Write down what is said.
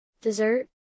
Dessert